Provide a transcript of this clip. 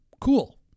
Cool